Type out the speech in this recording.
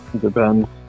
Depends